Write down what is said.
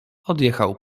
odjechał